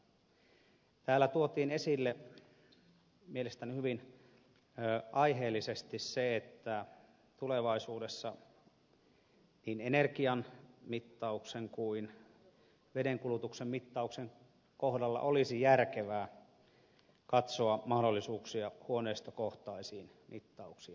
täällä tuotiin esille mielestäni hyvin aiheellisesti se että tulevaisuudessa niin energian mittauksen kuin vedenkulutuksen mittauksen kohdalla olisi järkevää katsoa mahdollisuuksia huoneistokohtaisiin mittauksiin